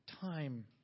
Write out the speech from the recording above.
Time